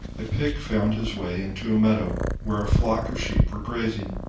a pig found his way into a meadow where a flock of sheep were grazing.